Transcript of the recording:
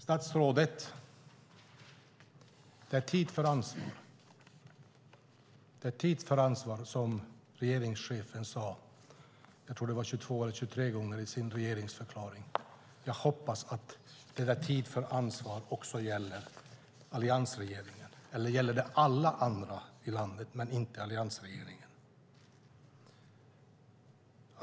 Statsrådet, det är tid för ansvar, som regeringschefen sade 22 eller 23 gånger i sin regeringsförklaring. Jag hoppas att denna tid för ansvar också gäller alliansregeringen. Eller gäller det alla andra i landet men inte alliansregeringen?